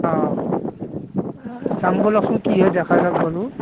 অঁ জাং ব'লকচোন কি হয় দেখা যাওক বাৰু